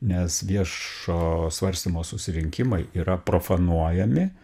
nes viešo svarstymo susirinkimai yra profanuojami